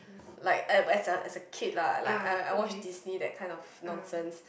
like as as a as a kid lah like I I watch Disney that kind of nonsense